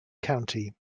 county